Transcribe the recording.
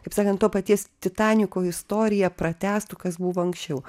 kaip sakan to paties titaniko istoriją pratęstų kas buvo anksčiau